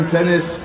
Tennis